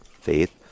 faith